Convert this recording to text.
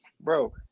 bro